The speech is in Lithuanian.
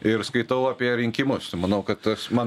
ir skaitau apie rinkimus tai manau kad tas man